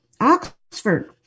Oxford